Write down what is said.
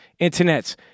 Internets